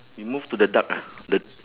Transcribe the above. you move to the duck ah the